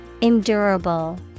Endurable